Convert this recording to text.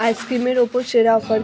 আইসক্রিমের ওপর সেরা অফার